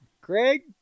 Greg